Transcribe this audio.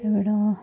त्यहाँबाट